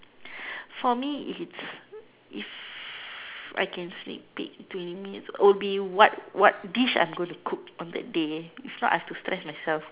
for me if it's if I can sneak peak twenty minutes will be what what dish I'm going to cook on that day if not I have to stress myself